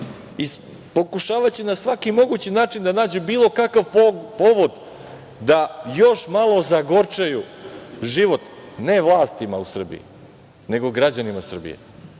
Pokušavaće na svaki mogući način da nađu bilo kakav povod da još malo zagorčaju život, ne vlastima u Srbiji, nego građanima Srbije,